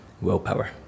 willpower